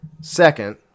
Second